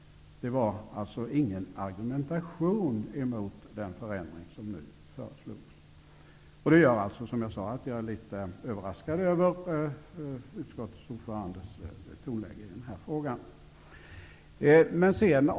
Det var ingen argumentation mot den förändring som nu har föreslagits. Det gör mig, som jag sade, litet överraskad över utskottsordförandens tonläge i denna fråga.